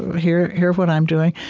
hear hear what i'm doing.